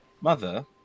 mother